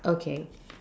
okay